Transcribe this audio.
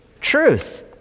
truth